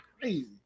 crazy